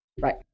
Right